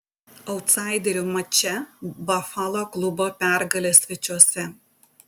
autsaiderių mače bafalo klubo pergalė svečiuose